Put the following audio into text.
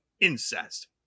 incest